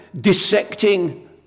dissecting